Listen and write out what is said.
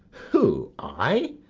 who, i?